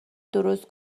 درست